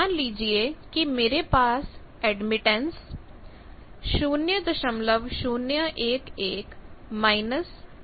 मान लीजिए कि मेरे पास यह एडमिटेंस है